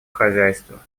хозяйства